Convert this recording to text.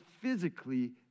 physically